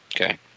Okay